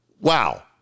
wow